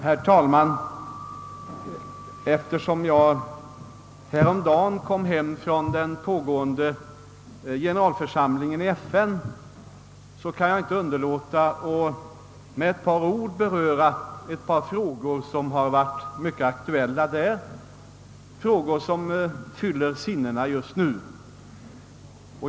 Herr talman! Eftersom jag häromdagen kom hem från den pågående generalförsamlingen i FN, kan jag inte underlåta att med ett par ord beröra några frågor som varit mycket aktuella där, frågor som uppfyller sinnena just nu.